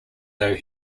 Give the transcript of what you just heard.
though